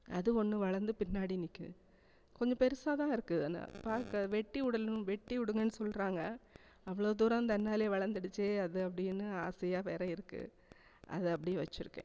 அது ஒன்று வளர்ந்து பின்னாடி நிற்குது கொஞ்சம் பெருசாகதான் இருக்கு அது அந்த பார்க்க வெட்டிவிடணும் வெட்டி விடுங்கன்னு சொல்லுறாங்க அவ்வளோ தூரம் தன்னாலயே வளர்ந்துடுச்சு அது அப்படின்னு ஆசையாக வேறு இருக்கு அதை அப்படியே வச்சுருக்கேன்